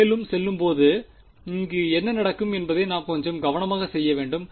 மேலும் செல்லும்போது இங்கு என்ன நடக்கும் என்பதை நாம் கொஞ்சம் கவனமாக செய்ய வேண்டும்